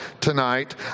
tonight